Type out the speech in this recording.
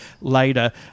later